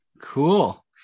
Cool